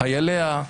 חייליה,